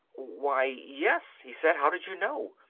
why, yes, he said. how did you know?